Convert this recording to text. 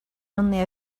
only